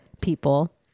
people